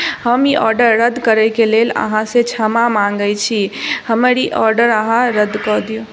हम ई आर्डर रद्द करयके लेल अहाँसँ क्षमा माँगैत छी हमर ई आर्डर अहाँ रद्द कऽ दिअ